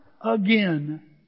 again